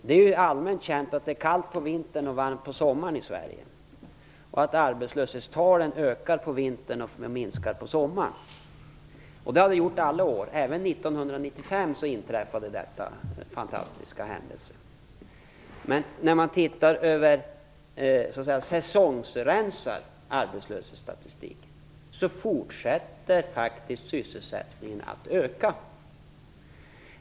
Det är ju allmänt känt att det är kallt på vintern och varmt på sommaren i Sverige och att arbetslöshetstalen ökar på vintern och minskar på sommaren. Så har det varit under alla år. Även 1995 inträffade denna fantastiska händelse. Men om man så att säga säsongsrensar arbetslöshetsstatistiken, finner man att sysselsättningen fortsätter att öka.